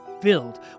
filled